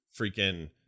freaking